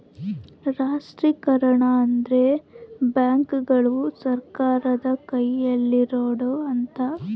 ರಾಷ್ಟ್ರೀಕರಣ ಅಂದ್ರೆ ಬ್ಯಾಂಕುಗಳು ಸರ್ಕಾರದ ಕೈಯಲ್ಲಿರೋಡು ಅಂತ